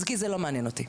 כי זה לא מעניין אותי.